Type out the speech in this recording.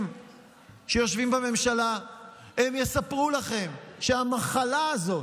שיושבים בממשלה הם יספרו לכם שהמחלה הזאת,